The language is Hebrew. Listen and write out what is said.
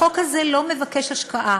החוק הזה לא מבקש השקעה,